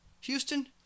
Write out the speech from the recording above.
Houston